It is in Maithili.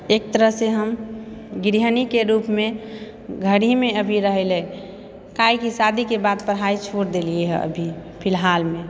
एक तरहसँ हम गृहणीके रूपमे घर ही मे अभी रहै लए काहे कि शादीके बाद पढाइ छोड़ देलियै हऽ अभी फिलहालमे